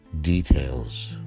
details